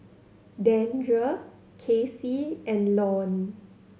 Dandre Casey and Lorne